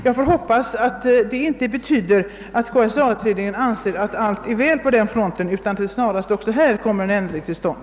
Jag hoppas att detta inte betyder att utredningen anser att allt är väl på den fronten, utan att det också här behöver komma en änd ring till stånd.